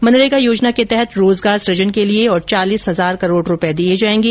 मनरेगा योजना के तहत रोजगार सुजन के लिए और चालीस हजार करोड़ रुपये दिए जाएंगे